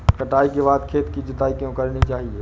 कटाई के बाद खेत की जुताई क्यो करनी चाहिए?